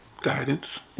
guidance